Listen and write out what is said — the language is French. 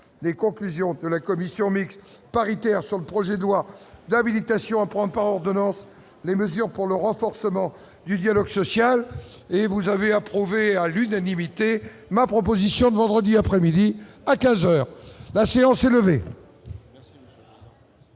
les conclusions de la commission mixte paritaire sur le projet de loi d'habilitation à prendre par ordonnance les mesures pour le renforcement. Du dialogue social et vous avez approuvé à l'unanimité, ma proposition vendredi après-midi à 15 heures la séance est levée.